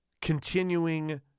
continuing